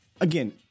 Again